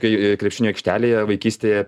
kai krepšinio aikštelėje vaikystėje